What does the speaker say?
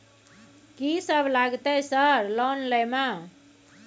कि सब लगतै सर लोन लय में?